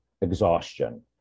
exhaustion